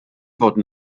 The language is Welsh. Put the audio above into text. fod